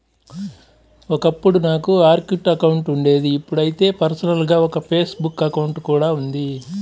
ఒకప్పుడు నాకు Orkut account ఉండేది ఇప్పుడైతే పర్సనల్ గా ఒక ఫేస్ బుక్ అకౌంట్ కూడా ఉంది